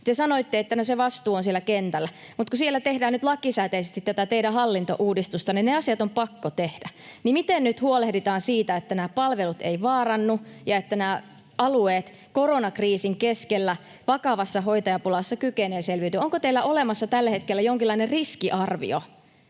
Te sanoitte, että se vastuu on siellä kentällä. Mutta kun siellä tehdään nyt lakisääteisesti tätä teidän hallintouudistustanne, niin ne asiat on pakko tehdä. Miten nyt huolehditaan siitä, että palvelut eivät vaarannu ja että nämä alueet koronakriisin keskellä vakavassa hoitajapulassa kykenevät selviytymään? Onko teillä olemassa tällä hetkellä jonkinlainen riskiarvio,